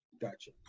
Gotcha